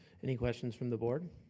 any questions from the board?